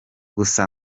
gusa